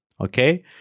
Okay